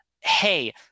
hey